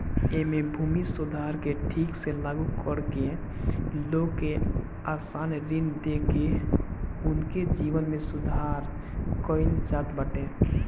एमे भूमि सुधार के ठीक से लागू करके लोग के आसान ऋण देके उनके जीवन में सुधार कईल जात बाटे